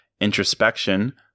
introspection